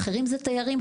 אחרים זה תיירים,